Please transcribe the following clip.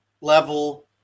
level